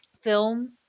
film